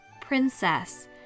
Princess